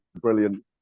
brilliant